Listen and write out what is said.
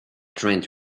trained